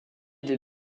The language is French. des